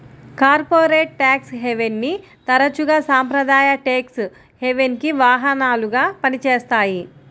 corporate tax హెవెన్ని తరచుగా సాంప్రదాయ ట్యేక్స్ హెవెన్కి వాహనాలుగా పనిచేస్తాయి